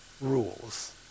rules